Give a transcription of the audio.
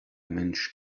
mensch